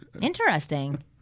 Interesting